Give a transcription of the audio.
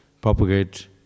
propagate